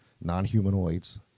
non-humanoids